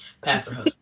Pastor